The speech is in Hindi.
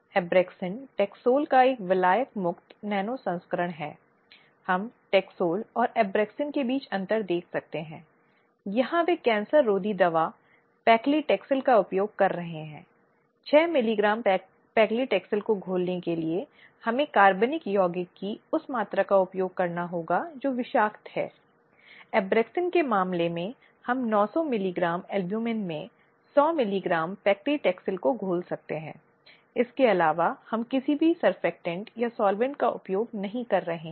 अब कभी कभी यह केंद्रीय सेवा नियम हो सकता है जो कभी कभी लागू हो सकता है यह सामान्य नियम हो सकते हैं जो कि तैयार किए गए हैं जैसा कि मैंने कहा कि यौन उत्पीड़न अधिनियम और इसके नियम और ये नियम मूल रूप से या प्रक्रिया जो हम कहते हैं कड़ाई से नहीं हैं देश में अस्तित्व में आने वाले प्रक्रियात्मक कानूनों द्वारा शासित होता है क्योंकि इस अर्थ में कि आप सिविल कार्यवाही या आपराधिक कार्यवाही नहीं जानते हैं जिससे कि सीआरपीसी या सीपीसी आदि आवेदन में आ सकते हैं